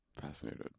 Fascinated